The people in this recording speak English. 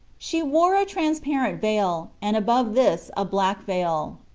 she wore a transparent veil, and above this a black veil.